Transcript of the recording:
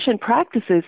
practices